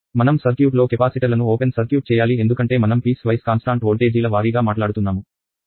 మనం సర్క్యూట్ లో కెపాసిటర్లను ఓపెన్ సర్క్యూట్ చేయాలి ఎందుకంటే మనం పీస్ వైస్ కాన్స్టాంట్ వోల్టేజీల వారీగా మాట్లాడుతున్నాము